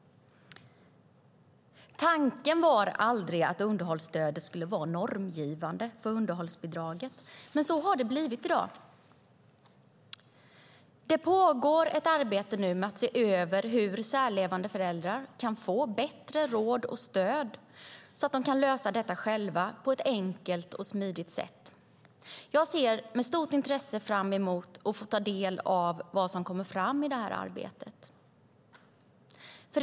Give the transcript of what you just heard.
Tanken var aldrig att underhållsstödet skulle vara normgivande för underhållsbidraget, men så har det blivit. Nu pågår ett arbete med att se över hur särlevande föräldrar kan få bättre råd och stöd så att de själva kan lösa detta på ett enkelt och smidigt sätt. Jag ser med stort intresse fram emot att få ta del av vad som kommer fram i det arbetet.